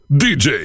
dj